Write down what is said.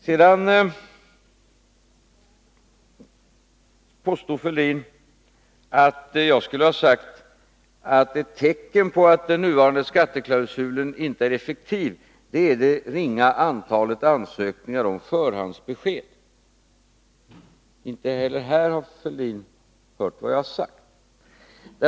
Sedan påstod Thorbjörn Fälldin att jag hade sagt att ett tecken på att den nuvarande skatteklausulen inte är effektiv är det ringa antalet ansökningar om förhandsbesked. Inte heller här har Thorbjörn Fälldin hört vad jag har sagt.